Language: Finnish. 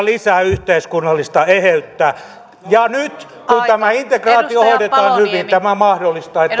lisää yhteiskunnallista eheyttä ja nyt kun tämä integraatio hoidetaan hyvin tämä mahdollistaa että